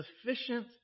sufficient